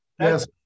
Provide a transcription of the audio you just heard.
Yes